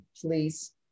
please